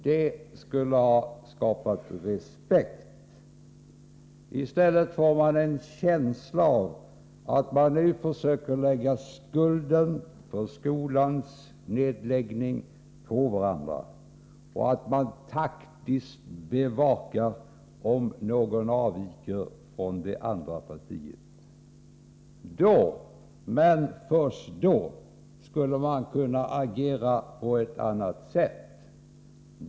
Det skulle ha skapat respekt. I stället får jag en känsla av att man nu försöker lägga skulden för skolans nedläggning på varandra och att man taktiskt bevakar om någon avviker från det andra partiet. Då — men först då — skulle man kunna agera på ett annat sätt.